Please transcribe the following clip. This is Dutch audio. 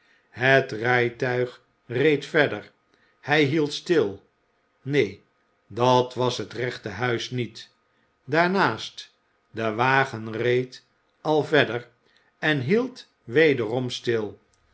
het rijtuig reed verder hij hield stil neen dat was het rechte huis niet daarnaast de wagen reed al verder en hield wederom stil